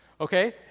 Okay